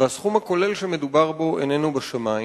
והסכום הכולל שמדובר בו איננו בשמים.